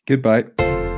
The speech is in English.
goodbye